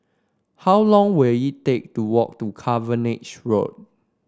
how long will it take to walk to Cavenagh Road